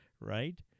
right